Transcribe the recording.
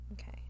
Okay